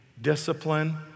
discipline